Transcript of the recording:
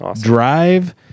Drive